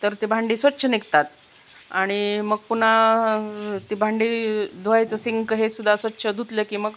तर ती भांडी स्वच्छ निघतात आणि मग पुन्हा ती भांडी धुवायचं सिंक हे सुुद्धा स्वच्छ धुतलं की मग